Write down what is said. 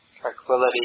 tranquility